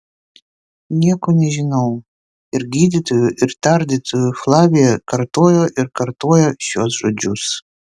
nieko nežinau ir gydytojui ir tardytojui flavija kartojo ir kartojo šiuos žodžius